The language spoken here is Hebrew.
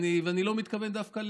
ואני לא מתכוון דווקא,